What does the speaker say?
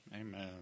Amen